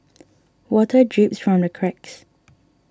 water drips from the cracks